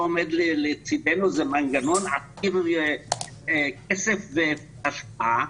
לא עומד לצדנו איזה מנגנון עתיר כסף והשפעה,